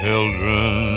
Children